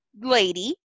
lady